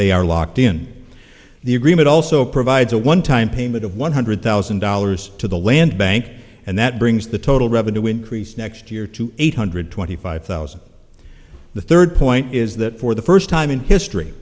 they are locked in the agreement also provides a one time payment of one hundred thousand dollars to the land bank and that brings the total revenue increase next year to eight hundred twenty five thousand the third point is that for the first time in history